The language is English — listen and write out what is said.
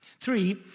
Three